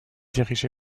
dirigé